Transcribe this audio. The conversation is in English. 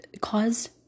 cause